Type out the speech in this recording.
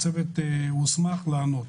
הצוות הוסמך לענות,